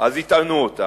הטענה אז יטענו אותה.